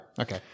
Okay